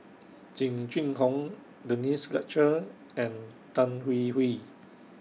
Jing Jun Hong Denise Fletcher and Tan Hwee Hwee